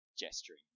gesturing